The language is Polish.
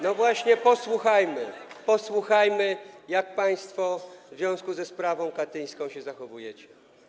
No właśnie, posłuchajmy, jak państwo w związku ze sprawą katyńską się zachowujecie.